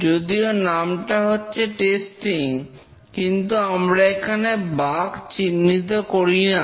যদিও নামটা হচ্ছে টেস্টিং কিন্তু আমরা এখানে বাগ চিহ্নিত করিনা